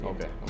Okay